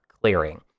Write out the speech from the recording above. clearing